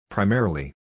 Primarily